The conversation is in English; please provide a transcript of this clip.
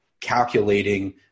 calculating